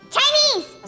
Chinese